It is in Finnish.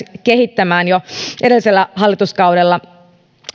kehittämään jo edellisellä hallituskaudella